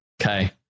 Okay